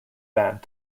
band